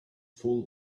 full